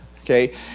Okay